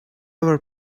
would